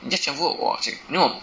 你 just transfer 我先没有